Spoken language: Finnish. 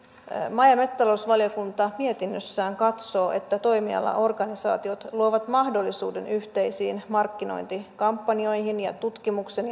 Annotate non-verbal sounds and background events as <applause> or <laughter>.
maa ja metsätalousvaliokunta mietinnössään katsoo että toimialaorganisaatiot luovat mahdollisuuden yhteisiin markkinointikampanjoihin ja tutkimuksen <unintelligible>